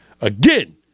Again